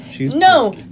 No